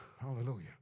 Hallelujah